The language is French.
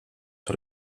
sur